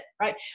right